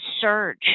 surge